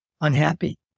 unhappy